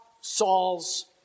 Saul's